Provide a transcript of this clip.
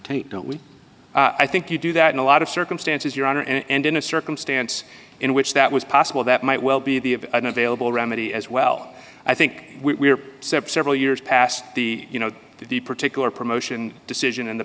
taint don't we i think you do that in a lot of circumstances your honor and in a circumstance in which that was possible that might well be the of an available remedy as well i think we're several years past the you know the particular promotion decision in th